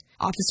Officer